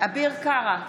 אביר קארה,